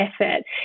effort